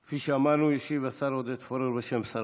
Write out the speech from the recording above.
כפי שאמרנו, ישיב השר עודד פורר בשם שר